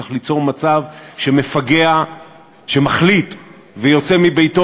צריך ליצור מצב שמפגע שמחליט ויוצא מביתו